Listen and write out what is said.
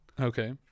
okay